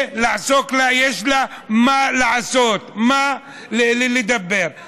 לעשות לה, יש לה מה לעשות, מה לדבר.